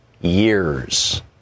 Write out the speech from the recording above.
years